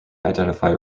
identify